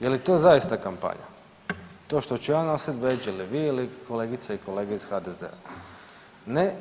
Je li to zaista kampanja to što ću ja nositi bedž ili vi ili kolegice i kolege iz HDZ-a?